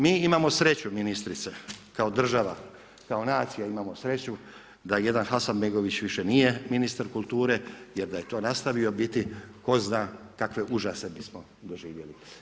Mi imamo sreću ministrice kao država, kao nacija imamo sreću da jedan Hasanbegović više nije ministar kulture jer da je to nastavio biti tko zna kakve užase bismo doživjeli.